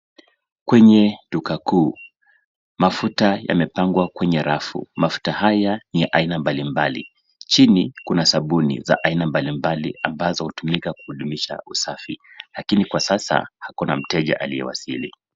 Kwenye duka kuu, mafuta yamepangwa kwenye rafu. Mafuta haya ni ya aina mbali mbali. Chini kuna sabuni za aina mbalimbali, ambazo hutumika kudumisha usafi. Lakini kwa sasa hakuna mteja aliyewasili.